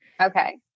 Okay